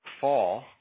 fall